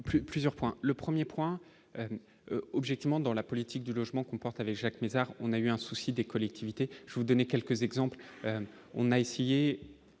plusieurs points le 1er point objectivement dans la politique du logement comporte avec Jacques Mézard, on a eu un souci des collectivités je vous donner quelques exemples, on a essayé